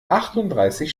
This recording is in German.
achtunddreißig